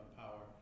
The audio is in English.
power